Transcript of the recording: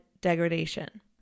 degradation